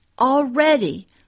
already